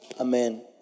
Amen